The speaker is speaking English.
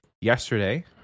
yesterday